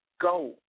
go